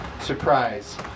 Surprise